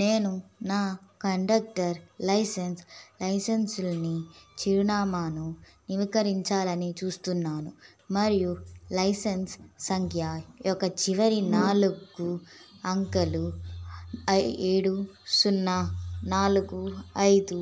నేను నా conductor licence లైసెన్సుని చిరునామాను నవీకరించాలని చూస్తున్నాను మరియు లైసెన్స్ సంఖ్య యొక్క చివరి నాలుగు అంకెలు అయ్ ఏడు సున్నా నాలుగు ఐదు